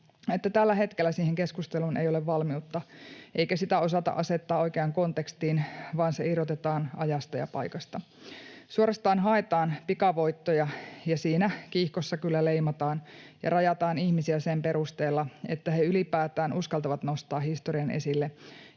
tällä hetkellä siihen keskusteluun ei ole valmiutta, eikä sitä osata asettaa oikeaan kontekstiin, vaan se irrotetaan ajasta ja paikasta. Suorastaan haetaan pikavoittoja, ja siinä kiihkossa kyllä leimataan ja rajataan ihmisiä sen perusteella, että he ylipäätään uskaltavat nostaa historian esille